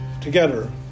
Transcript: together